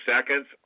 seconds